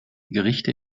gerichte